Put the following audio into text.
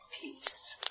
peace